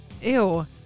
ew